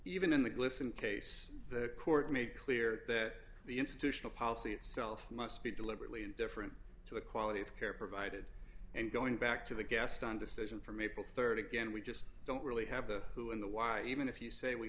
even in the glisten case the court made clear that the institutional policy itself must be deliberately indifferent to the quality of care provided and going back to the gastown decision from april rd again we just don't really have the who in the why even if you say we